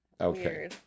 Okay